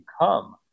come